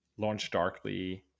LaunchDarkly